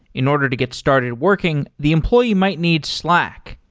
in order to get started working, the employee might need slack,